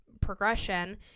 Progression